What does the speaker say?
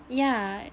yeah